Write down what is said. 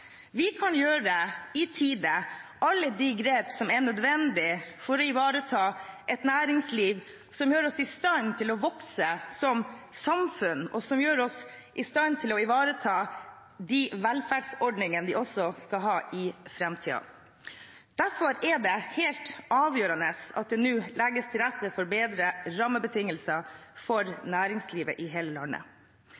Vi kan gjøre i tide alle de grep som er nødvendig for å ivareta et næringsliv som gjør oss i stand til å vokse som samfunn, og som gjør oss i stand til å ivareta de velferdsordningene vi også skal ha i framtida. Derfor er det helt avgjørende at det nå legges til rette for bedre rammebetingelser for